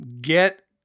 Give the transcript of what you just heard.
get